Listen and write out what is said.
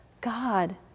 God